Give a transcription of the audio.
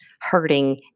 hurting